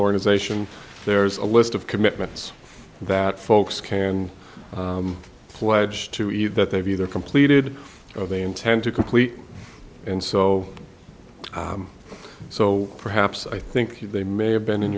organization there's a list of commitments that folks can pledge to eat that they've either completed or they intend to complete and so so perhaps i think they may have been in